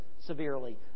severely